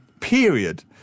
period